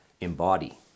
embody